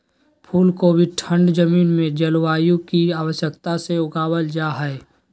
फूल कोबी ठंड जमीन में जलवायु की आवश्यकता से उगाबल जा हइ